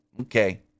okay